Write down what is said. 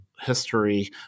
history